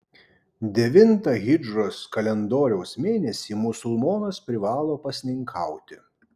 devintą hidžros kalendoriaus mėnesį musulmonas privalo pasninkauti